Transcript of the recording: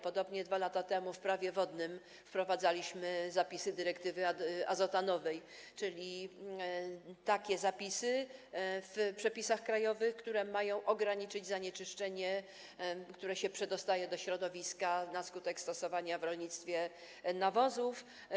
Podobnie 2 lata temu w Prawie wodnym wprowadzaliśmy zapisy dyrektywy azotanowej, czyli takie zapisy w przepisach krajowych, które mają ograniczyć zanieczyszczenie, które się przedostaje do środowiska na skutek stosowania w rolnictwie nawozów.